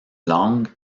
langue